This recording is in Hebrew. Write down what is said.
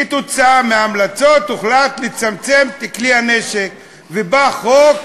כתוצאה מההמלצות הוחלט לצמצם את כלי הנשק, ובא חוק